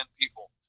people